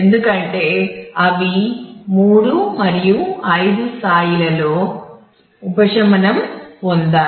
ఎందుకంటే అవి 3 మరియు 5 స్థాయిలలో ఉపశమనం పొందాయి